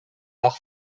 par